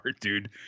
dude